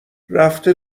رفته